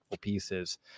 pieces